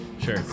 Sure